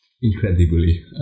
incredibly